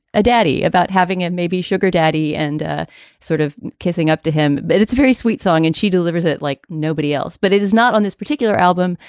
a daddy about having it may be sugar daddy and sort of kissing up to him, but it's a very sweet song and she delivers it like nobody else. but it is not on this particular album,